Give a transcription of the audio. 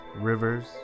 rivers